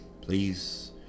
please